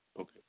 Okay